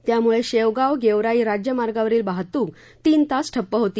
त्यामुळे शेवगाव ोवराई राज्यमार्गावरील वाहतूक तीन तास ठप्प होती